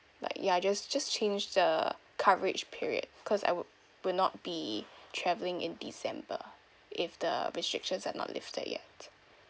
like ya just just change the coverage period cause I would will not be travelling in december if the restrictions are not lifted yet